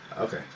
Okay